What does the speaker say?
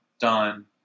done